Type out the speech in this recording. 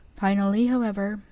finally, however,